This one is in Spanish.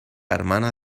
hermana